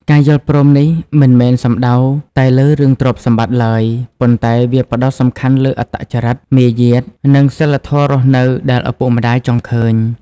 ការយល់ព្រមនេះមិនមែនសំដៅតែលើរឿងទ្រព្យសម្បត្តិឡើយ ប៉ុន្តែវាផ្ដោតសំខាន់លើអត្តចរិត មាយាទ និងសីលធម៌រស់នៅដែលឪពុកម្ដាយចង់ឃើញ។